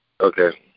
Okay